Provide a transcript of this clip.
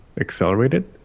accelerated